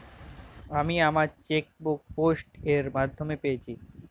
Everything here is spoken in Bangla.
আমি আমার চেকবুক পোস্ট এর মাধ্যমে পেয়েছি